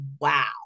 wow